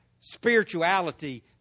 spirituality